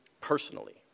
personally